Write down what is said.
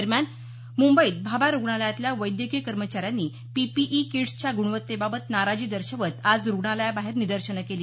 दरम्यान मुंबईत भाभा रुग्णालयातल्या वैद्यकीय कर्मचाऱ्यांनी पीपीई किट्सच्या ग्णवत्तेबाबत नाराजी दर्शवत आज रुग्णालयाबाहेर निदर्शनं केली